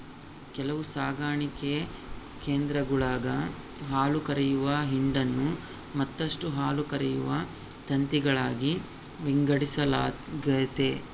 ಕೆಲವು ಸಾಕಣೆ ಕೇಂದ್ರಗುಳಾಗ ಹಾಲುಕರೆಯುವ ಹಿಂಡನ್ನು ಮತ್ತಷ್ಟು ಹಾಲುಕರೆಯುವ ತಂತಿಗಳಾಗಿ ವಿಂಗಡಿಸಲಾಗೆತೆ